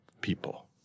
people